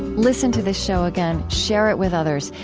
listen to this show again, share it with others,